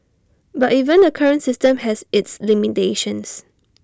but even the current system has its limitations